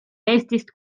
eestist